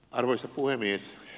arvoisa puhemies